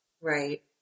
Right